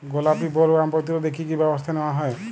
গোলাপী বোলওয়ার্ম প্রতিরোধে কী কী ব্যবস্থা নেওয়া হয়?